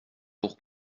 pour